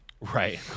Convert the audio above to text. Right